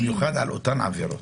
במיוחד על אותן עבירות.